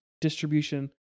distribution